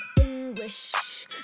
English